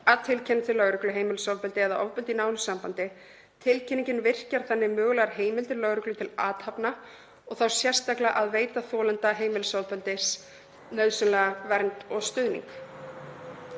að tilkynna til lögreglu heimilisofbeldi eða ofbeldi í nánu sambandi. Tilkynningin virkjar þannig mögulegar heimildir lögreglu til athafna og þá sérstaklega að veita þolanda heimilisofbeldis nauðsynlega vernd og stuðning.